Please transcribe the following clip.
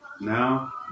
now